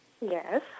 Yes